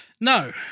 No